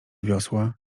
wiosła